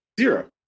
zero